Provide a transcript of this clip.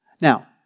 Now